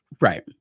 right